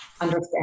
understand